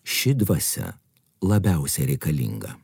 ši dvasia labiausiai reikalinga